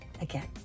again